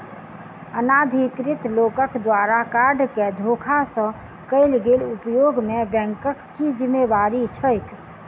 अनाधिकृत लोकक द्वारा कार्ड केँ धोखा सँ कैल गेल उपयोग मे बैंकक की जिम्मेवारी छैक?